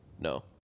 No